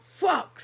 fucks